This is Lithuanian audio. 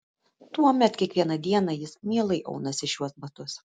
tuomet kiekvieną dieną jis mielai aunasi šiuos batus